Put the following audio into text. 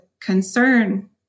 concern